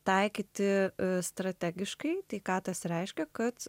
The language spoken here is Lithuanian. taikyti strategiškai tai ką tas reiškia kad